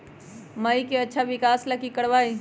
फसल के अच्छा विकास ला की करवाई?